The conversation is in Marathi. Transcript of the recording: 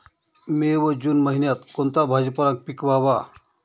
मे व जून महिन्यात कोणता भाजीपाला पिकवावा?